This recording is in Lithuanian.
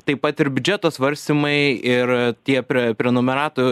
taip pat ir biudžeto svarstymai ir tie pre prenumeratų